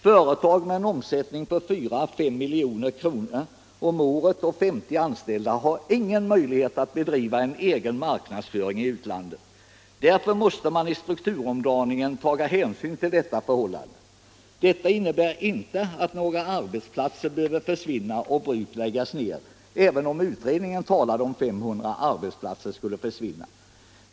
Företag med en omsättning på 4—5 milj.kr. om året och 50 anställda har ingen möjlighet all bedriva en egen marknadsföring i utlandet. Därför måste man i strukturomdaningen ta hänsyn till detta förhållande. Det innebär inte att några arbetsplatser behöver försvinna och bruk läggas ned, även om utredningen talade om att 500 arbetsplatser skulle försvinna.